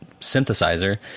synthesizer